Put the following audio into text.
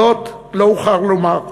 זאת לא אוכל לומר.